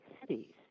cities